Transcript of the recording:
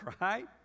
Right